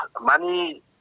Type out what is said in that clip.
money